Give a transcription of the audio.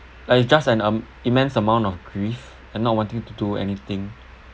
like it's just an um immense amount of grief and not wanting to do anything